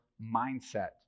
mindset